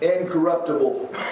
incorruptible